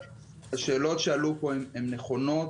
השאלות שעלו פה הן נכונות.